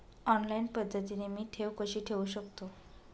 Online पद्धतीने मी ठेव कशी ठेवू शकतो?